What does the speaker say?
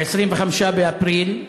ב-25 באפריל,